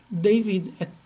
David